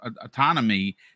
autonomy